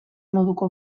moduko